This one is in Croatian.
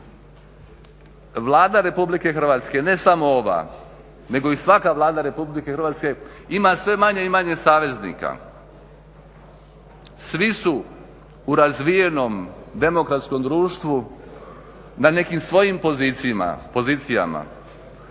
Vlada RH ne samo ova, nego i svaka Vlada RH ima sve manje i manje saveznika. Svi su u razvijenom demokratskom društvu na nekim svojim pozicijama.